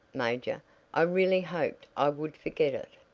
major i really hoped i would forget it.